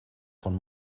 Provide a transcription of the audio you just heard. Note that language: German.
von